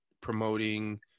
promoting